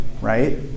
Right